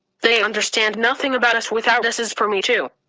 they understand nothing about us without us is for me too.